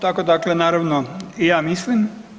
Tako, dakle naravno i ja mislim.